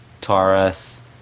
Taurus